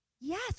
yes